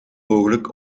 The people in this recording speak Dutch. mogelijk